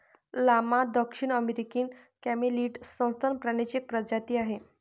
llama दक्षिण अमेरिकी camelid सस्तन प्राण्यांची एक प्रजाती आहे